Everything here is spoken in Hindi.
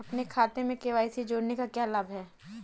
अपने खाते में के.वाई.सी जोड़ने का क्या लाभ है?